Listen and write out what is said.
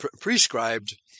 prescribed